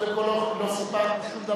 קודם כול, לא סיפחנו שום דבר.